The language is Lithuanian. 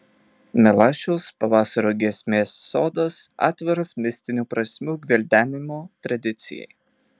milašiaus pavasario giesmės sodas atviras mistinių prasmių gvildenimo tradicijai